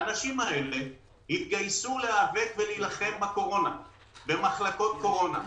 האנשים האלה התגייסו להיאבק ולהילחם בקורונה במחלקות קורונה,